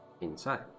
inside